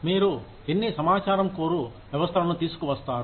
మీరు ఎన్ని సమాచారంకోరు వ్యవస్థలను తీసుకువస్తారు